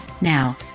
Now